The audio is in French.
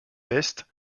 best